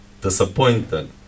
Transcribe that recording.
disappointed